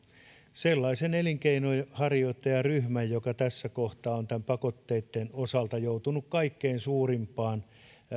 sellaista elinkeinonharjoittajaryhmää joka tässä kohtaa on näiden pakotteitten osalta joutunut kaikkein suurimpaan